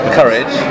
courage